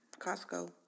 Costco